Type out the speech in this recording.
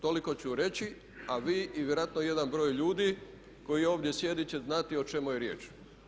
Toliko ću reći a vi i vjerojatno jedan broj ljudi koji ovdje sjedi će znati o čemu je riječ.